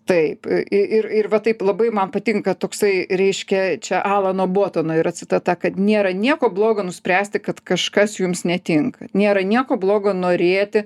taip ir ir va taip labai man patinka toksai reiškia čia alano botono yra citata kad nėra nieko bloga nuspręsti kad kažkas jums netinka nėra nieko blogo norėti